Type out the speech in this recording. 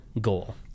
goal